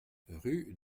rue